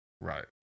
Right